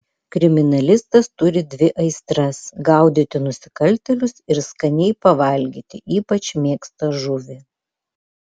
kriminalistas turi dvi aistras gaudyti nusikaltėlius ir skaniai pavalgyti ypač mėgsta žuvį